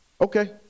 okay